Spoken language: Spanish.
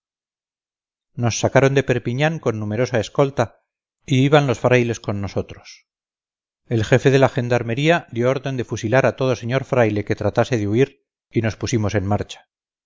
nos sacaron de perpiñán con numerosa escolta y iban los frailes con nosotros el jefe de la gendarmería dio orden de fusilar a todo señor fraile que tratase de huir y nos pusimos en marcha